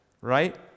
right